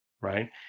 right